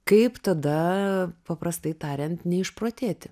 kaip tada paprastai tariant išprotėti